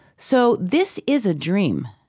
so this is a dream,